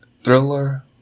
Thriller